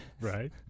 Right